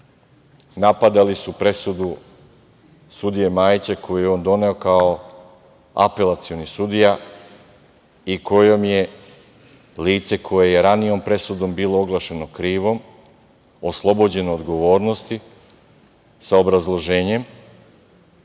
napadali su presudu sudije Majića koju je on doneo kao apelacioni sudija i kojom je lice koje je ranijom presudom bilo proglašeno krivim oslobođeno odgovornosti sa obrazloženjem